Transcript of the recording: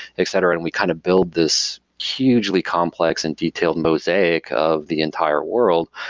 etc. and we kind of build this hugely complex and detailed mosaic of the entire world.